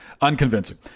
unconvincing